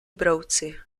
brouci